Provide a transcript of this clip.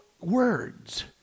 words